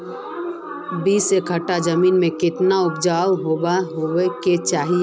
बीस कट्ठा जमीन में कितने उपज होबे के चाहिए?